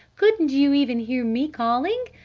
couldn't you even hear me calling?